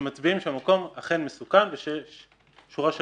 שמצביעים על כך שהמקום אכן מסוכן ושיש שורה של